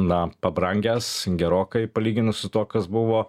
na pabrangęs gerokai palyginus su tuo kas buvo